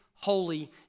holy